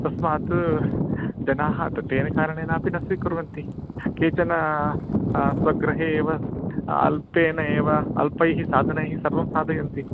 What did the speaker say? तस्मात् जनाः तेन कारणेन अपि न स्वीकुर्वन्ति केचन स्वगृहे एव अल्पेन एव अल्पैः साधनैः सर्वं साधयन्ति